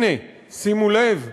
הנה, שימו לב,